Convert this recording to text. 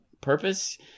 purpose